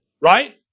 right